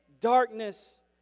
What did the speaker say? darkness